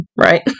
right